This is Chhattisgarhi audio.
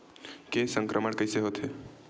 के संक्रमण कइसे होथे?